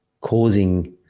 causing